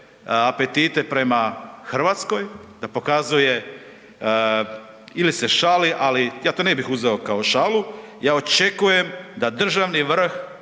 apetite prema Hrvatskoj, da pokazuje ili se šali, ali ja to ne bih uzeo kao šalu, ja očekujem da državni vrh